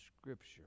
scripture